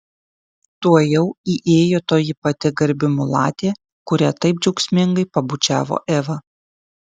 tuojau įėjo toji pati garbi mulatė kurią taip džiaugsmingai pabučiavo eva